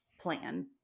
plan